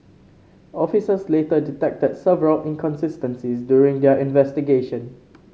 officers later detected several inconsistencies during their investigation